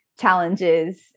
challenges